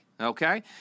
okay